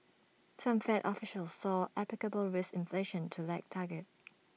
some fed officials saw applicable risk inflation to lag target